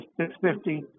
6.50